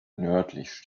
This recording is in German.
nördlich